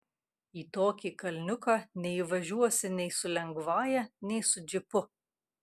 į tokį kalniuką neįvažiuosi nei su lengvąja nei su džipu